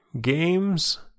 Games